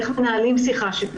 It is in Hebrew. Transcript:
איך מנהלים שיחה.